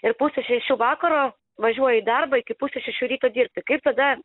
ir pusę šešių vakaro važiuoji į darbą iki pusės šešių ryto dirbti kaip tada